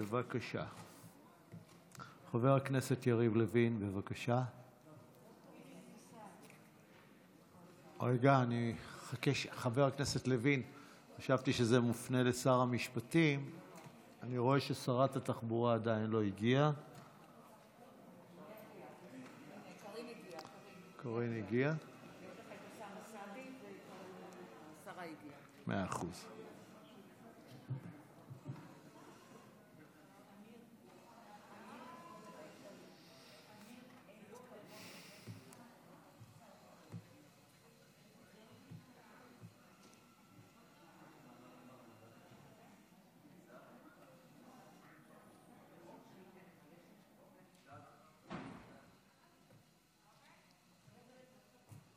11 114. קרקעות כפר מנדא 11 אוסאמה סעדי (הרשימה המשותפת): 11 שרת